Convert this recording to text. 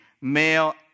male